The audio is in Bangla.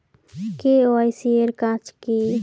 কে.ওয়াই.সি এর কাজ কি?